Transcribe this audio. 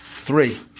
three